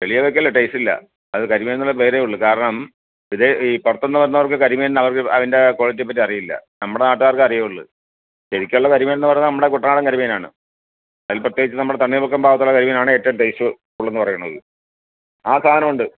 വലിയ തരത്തിലെ ടേസ്റ്റ് ഇല്ല അത് കരിമീൻ എന്ന പേരേ ഉള്ളൂ കാരണം ഇത് ഈ പുറത്തു നിന്ന് വന്നവർക്ക് കരിമീൻ അവർക്ക് അതിൻ്റെ ക്വാളിറ്റിയെ പറ്റി അറിയില്ല നമ്മുടെ നാട്ടുകാർക്കേ അറിയുള്ളൂ ശരിക്കുള്ള കരിമീൻ എന്ന് പറഞ്ഞാൽ നമ്മുടെ കുട്ടനാടൻ കരിമീനാണ് അതിൽ പ്രത്യേകിച്ച് നമ്മുടെ തണ്ണീർമുക്കം ഭാഗത്തുള്ള കരിമീനാണ് ഏറ്റവും ടേസ്റ്റ് ഉള്ളതെന്ന് പറയുന്നത് ആ സാധനമുണ്ട്